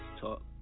talk